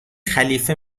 خلیفه